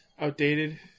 outdated